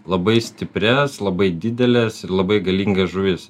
labai stiprias labai dideles ir labai galingas žuvis